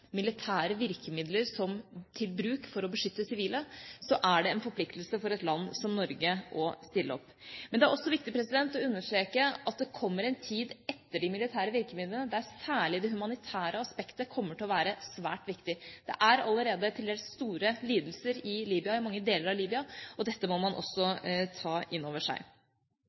militære virkemidler til bruk for å beskytte sivile, er det en forpliktelse for et land som Norge å stille opp. Men det er også viktig å understreke at det kommer en tid etter de militære virkemidlene, der særlig det humanitære aspektet kommer til å være svært viktig. Det er allerede til dels store lidelser i mange deler av Libya, og dette må man også ta inn over seg.